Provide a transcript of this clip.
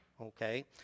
Okay